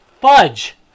fudge